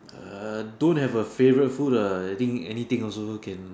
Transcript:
!huh! don't have a favourite food lah I think anything also can